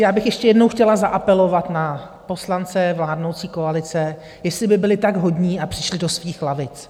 Já bych ještě jednou chtěla zaapelovat na poslance vládnoucí koalice, jestli by byli tak hodní a přišli do svých lavic.